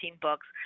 books